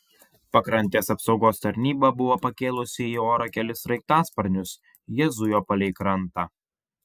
pakrantės apsaugos tarnyba buvo pakėlusi į orą kelis sraigtasparnius jie zujo palei krantą